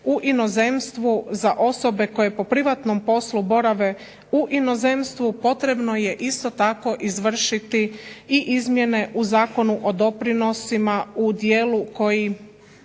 u inozemstvu za osobe koje po privatnom poslu borave u inozemstvu potrebno je isto tako izvršiti i izmjene u Zakonu o doprinosima u dijelu koji